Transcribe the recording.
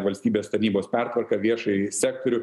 valstybės tarnybos pertvarką viešąjį sektorių